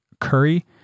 curry